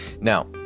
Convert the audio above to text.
Now